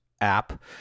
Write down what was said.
app